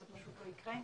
זה פשוט לא קרה.